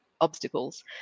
obstacles